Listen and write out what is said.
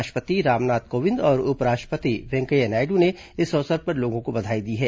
राष्ट्रपति रामनाथ कोंविद और उपराष्ट्रपति वेंकैया नायडु ने इस अवसर पर लोगों को बधाई दी हैं